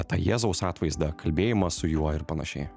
tą jėzaus atvaizdą kalbėjimą su juo ir panašiai